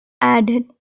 added